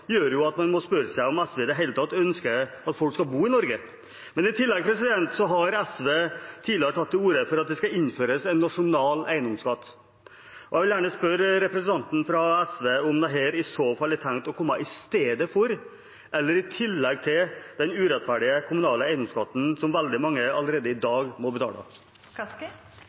gjør at man må spørre seg om SV i det hele tatt ønsker at folk skal bo i Norge. I tillegg har SV tidligere tatt til orde for at det skal innføres en nasjonal eiendomsskatt. Jeg vil gjerne spørre representanten fra SV om dette i så fall er tenkt å komme i stedet for eller i tillegg til den urettferdige kommunale eiendomsskatten, som veldig mange allerede i dag må betale.